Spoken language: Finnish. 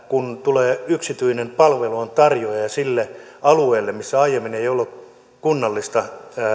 kun tulee yksityinen palveluntarjoaja sille alueelle missä aiemmin ei ollut